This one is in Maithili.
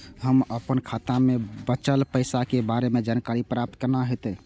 हम अपन खाता में बचल पैसा के बारे में जानकारी प्राप्त केना हैत?